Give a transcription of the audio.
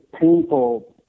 painful